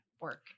work